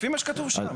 לפי מה שכתוב שם.